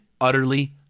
utterly